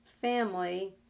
family